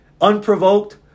Unprovoked